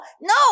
no